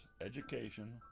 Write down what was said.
education